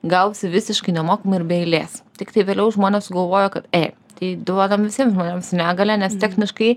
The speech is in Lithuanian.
gausi visiškai nemokamai ir be eilės tiktai vėliau žmonės sugalvojo kad ei tai duodam visiems žmonėm su negalia nes techniškai